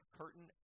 curtain